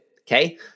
okay